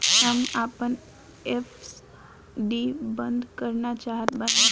हम आपन एफ.डी बंद करना चाहत बानी